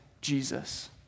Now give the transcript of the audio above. Jesus